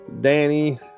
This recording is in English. danny